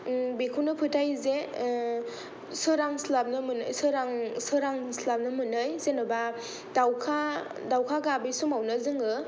बेखौनो फोथायो जे सोरांस्लाबनो मोनै सोरां सोरांस्लाबनो मोनै जेन'बा दाउखा दाउखा गाबै समैवनो जोङो